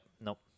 nope